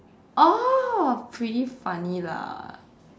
oh pretty funny lah